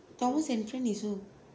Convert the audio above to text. thomas and friend is who